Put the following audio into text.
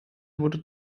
wurde